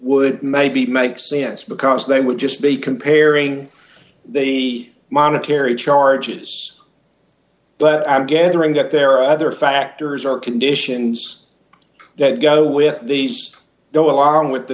would maybe make sense because they would just be comparing the monetary charges but i'm gathering that there are other factors or conditions that go with these though along with the